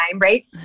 Right